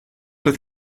with